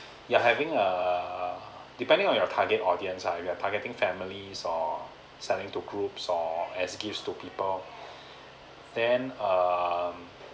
you're having a depending on your target audience lah if you're targeting families or selling to groups or as gifts to people then um